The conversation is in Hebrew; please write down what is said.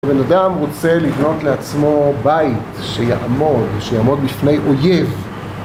בן אדם רוצה לבנות לעצמו בית שיעמוד, שיעמוד בפני אויב